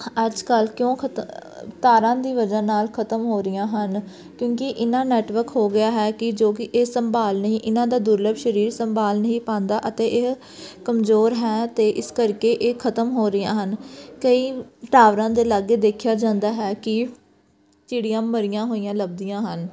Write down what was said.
ਅੱਜ ਕੱਲ੍ਹ ਕਿਉਂ ਖਤ ਤਾਰਾਂ ਦੀ ਵਜ੍ਹਾ ਨਾਲ ਖ਼ਤਮ ਹੋ ਰਹੀਆਂ ਹਨ ਕਿਉਂਕਿ ਇੰਨਾ ਨੈਟਵਰਕ ਹੋ ਗਿਆ ਹੈ ਕਿ ਜੋ ਕਿ ਇਹ ਸੰਭਾਲ ਨਹੀਂ ਇਹਨਾਂ ਦਾ ਦੁਰਲਭ ਸਰੀਰ ਸੰਭਾਲ ਨਹੀਂ ਪਾਉਂਦਾ ਅਤੇ ਇਹ ਕਮਜ਼ੋਰ ਹੈ ਅਤੇ ਇਸ ਕਰਕੇ ਇਹ ਖ਼ਤਮ ਹੋ ਰਹੀਆਂ ਹਨ ਕਈ ਟਾਵਰਾਂ ਦੇ ਲਾਗੇ ਦੇਖਿਆ ਜਾਂਦਾ ਹੈ ਕਿ ਚਿੜੀਆਂ ਮਰੀਆਂ ਹੋਈਆਂ ਲੱਭਦੀਆਂ ਹਨ